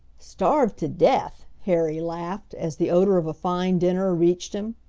starved to death! harry laughed, as the odor of a fine dinner reached him.